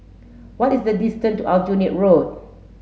what is the distant to Aljunied Road